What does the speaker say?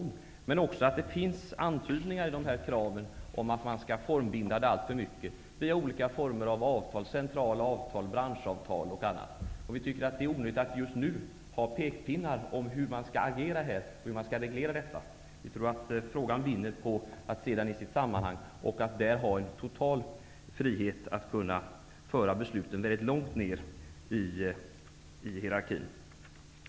Men det beror också på att det i motionen finns antydningar om att man vill binda det hela genom olika avtal -- centrala avtal, branschavtal och annat. Utskottsmajoriteten anser att det är onödigt att nu komma med pekpinnar om hur detta skall regleras. Vi tror att frågan vinner på att den ses i sitt sammanhang, så att besluten kan föras långt ner i hierarkin.